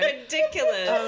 Ridiculous